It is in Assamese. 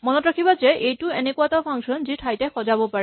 মনত ৰাখিবা যে এইটোও এনেকুৱা এটা ফাংচন যি ঠাইতে সজাব পাৰে